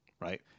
right